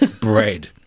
bread